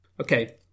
Okay